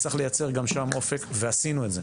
צריך לייצר גם שם אופק ועשינו את זה.